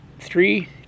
three